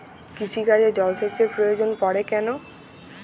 কৃষিকাজে জলসেচের প্রয়োজন পড়ে কেন?